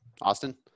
Austin